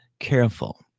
careful